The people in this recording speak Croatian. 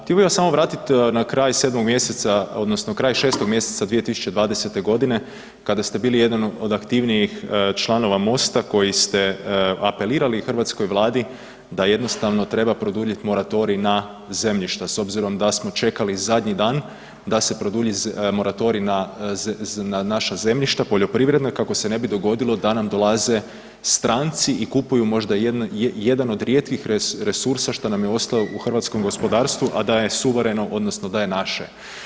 Htio bi vas samo vratiti na kraj sedmog mjeseca, odnosno kraj 6. mjeseca 2020. godine, kada ste bili jedan od aktivnijih članova MOST-a, koji ste apelirali hrvatskoj Vladi da jednostavno treba produljiti moratorij na zemljišta, s obzirom da smo čekali zadnji dan da se produlji moratorij na naša zemljišta, poljoprivredna, kako se ne bi dogodilo da nam dolaze stranci i kupuju možda jedan od rijetkih resursa što nam je ostalo u hrvatskom gospodarstvu, a da je suvereno, odnosno da je naše.